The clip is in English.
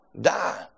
die